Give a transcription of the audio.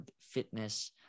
fitness